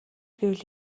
гэвэл